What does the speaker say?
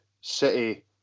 City